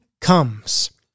comes